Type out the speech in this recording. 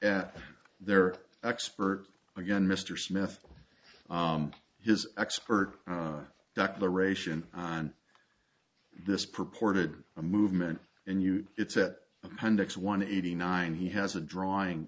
at their expert again mr smith has expert dr ration on this purported a movement and you it's at appendix one eighty nine he has a drawing